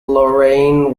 lorraine